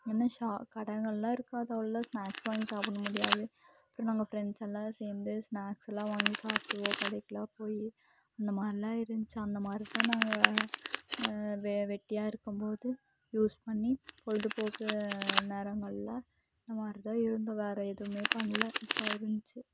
என்ன ஷா கடைங்கள் எல்லாம் இருக்காது அவ்வளோ ஸ்நாக்ஸ் வாங்கி சாப்பிட முடியாது அப்புறம் நாங்கள் ஃப்ரெண்ட்ஸ் எல்லாம் சேர்ந்து ஸ்நாக்ஸ் எல்லாம் வாங்கி சாப்பிடுவோம் கடைக்குலாம் போய் இந்த மாதிரிலாம் இருந்துச்சி அந்த மாதிரி தான் நாங்கள் வெ வெட்டியாக இருக்கும்போது யூஸ் பண்ணி பொழுதுபோக்கு நேரங்களில் இந்த மாதிரி தான் இருந்தோம் வேறு எதுவுமே பண்ணலை இருந்துச்சி